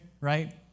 right